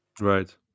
Right